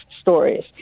stories